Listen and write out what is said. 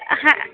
ਹਾਂ